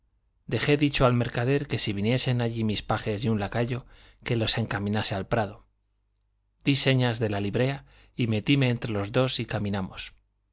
dejé dicho al mercader que si viniesen allí mis pajes y un lacayo que los encaminase al prado di señas de la librea y metíme entre los dos y caminamos